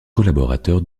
collaborateurs